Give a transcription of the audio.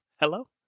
Hello